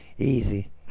easy